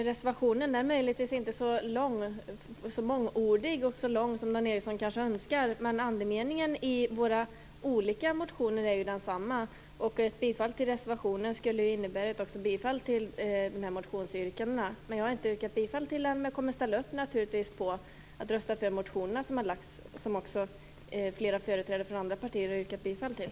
Fru talman! Det är möjligt att reservationen inte är så mångordig och så lång som Dan Ericsson önskar. Men andemeningen i våra olika motioner är ju densamma. Ett bifall till reservationen skulle innebära ett bifall också till motionsyrkandena. Jag har inte yrkat bifall till den, men jag kommer naturligtvis att ställa upp och rösta för de motioner som också flera företrädare från andra partier har yrkat bifall till.